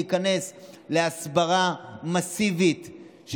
להיכנס להסברה מסיבית,